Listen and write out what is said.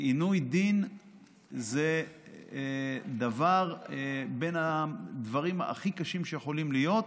כי עינוי דין זה בין הדברים הכי קשים שיכולים להיות,